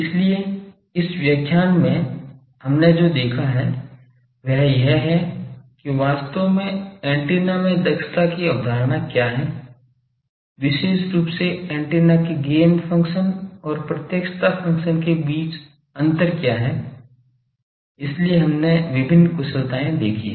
इसलिए इस व्याख्यान में हमने जो देखा है वह यह है कि वास्तव में एंटेना में दक्षता की अवधारणा क्या है विशेष रूप से एंटेना के गैन फंक्शन और प्रत्यक्षता फंक्शन के बीच अंतर क्या है इसलिए हमने विभिन्न कुशलताएं देखी हैं